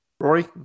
Rory